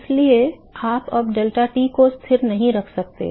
इसलिए आप अब deltaT को स्थिर नहीं रख सकते